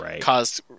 caused